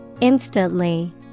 Instantly